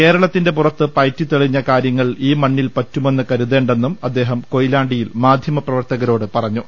കേരളത്തിന്റെ പുറത്ത് പയറ്റിതെളിഞ്ഞ കാര്യ ങ്ങൾ ഈ മണ്ണിൽപറ്റുമെന്ന് കരുതേണ്ടെന്നും അദ്ദേഹം കൊയിലാണ്ടി യിൽ മാധ്യ മ പ്രവർത്ത ക രോട് പറഞ്ഞു